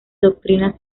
doctrina